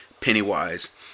Pennywise